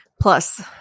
Plus